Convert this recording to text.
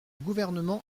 gouvernement